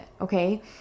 Okay